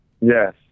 Yes